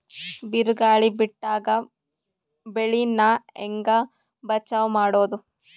ಬಿರುಗಾಳಿ ಬಿಟ್ಟಾಗ ಬೆಳಿ ನಾ ಹೆಂಗ ಬಚಾವ್ ಮಾಡೊದು?